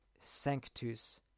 sanctus